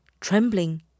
trembling